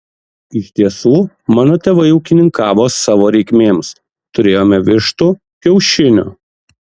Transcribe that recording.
iš tiesų mano tėvai ūkininkavo savo reikmėms turėjome vištų kiaušinių